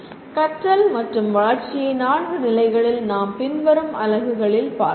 கற்றல் மற்றும் வளர்ச்சியை 4 நிலைகளில் நாம் பின்வரும் அலகுகளில் பார்க்கலாம்